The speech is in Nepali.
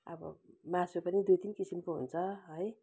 अब मासु पनि दुई तिन किसिमको हुन्छ है